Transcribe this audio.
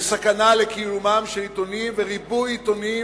יש סכנה לקיומם של עיתונים וריבוי עיתונים